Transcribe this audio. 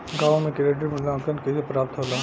गांवों में क्रेडिट मूल्यांकन कैसे प्राप्त होला?